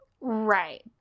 Right